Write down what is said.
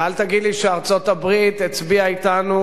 ואל תגיד לי שארצות-הברית הצביעה אתנו,